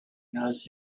knows